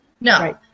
No